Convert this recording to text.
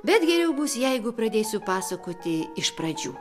bet geriau bus jeigu pradėsiu pasakoti iš pradžių